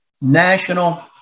national